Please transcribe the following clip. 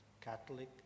Catholic